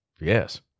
Yes